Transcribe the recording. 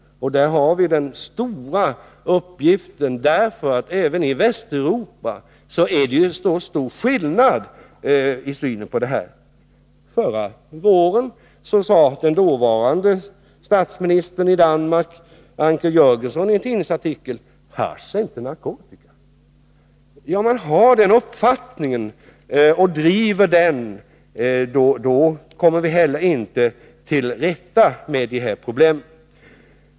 Vi har en stor uppgift just i det sammanhanget, eftersom det även i Västeuropa finns en mycket stor skillnad i synen på haschet. Förra våren sade dåvarande statsministern i Danmark Ancker Jörgensen i en tidningsartikel: Hasch är inte narkotika. Om man har den uppfattningen och driver den kommer vi inte heller till rätta med dessa problem.